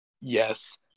Yes